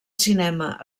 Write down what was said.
cinema